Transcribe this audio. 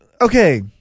okay